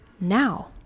now